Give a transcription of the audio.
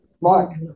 Mark